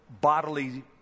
bodily